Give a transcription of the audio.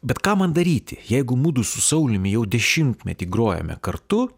bet ką man daryti jeigu mudu su sauliumi jau dešimtmetį grojome kartu